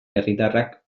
herritarrak